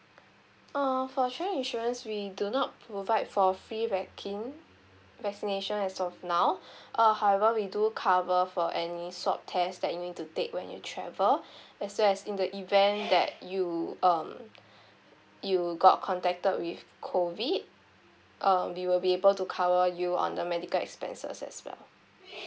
uh for travel insurance we do not provide for free vaccine vaccination as of now err however we do cover for any swab test that you need to take when you travel as well as in the event that you um you got contacted with COVID um we will be able to cover you on the medical expenses as well